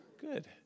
Good